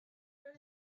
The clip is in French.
seuls